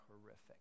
horrific